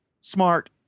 smart